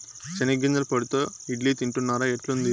చెనిగ్గింజల పొడితో ఇడ్లీ తింటున్నారా, ఎట్లుంది